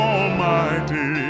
Almighty